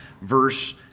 verse